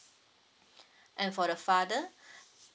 and for the father